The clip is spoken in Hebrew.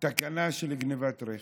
תקנה של גנבת רכב.